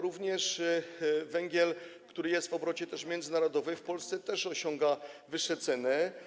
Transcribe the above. Również węgiel, który jest w obrocie międzynarodowym, w Polsce osiąga wyższe ceny.